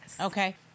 Okay